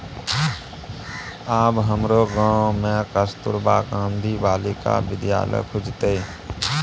आब हमरो गाम मे कस्तूरबा गांधी बालिका विद्यालय खुजतै